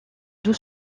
doux